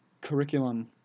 curriculum